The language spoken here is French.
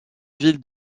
ville